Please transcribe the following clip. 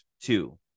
two